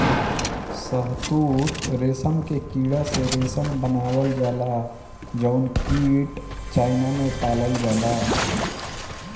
शहतूत रेशम के कीड़ा से रेशम बनावल जाला जउन कीट चाइना में पालल जाला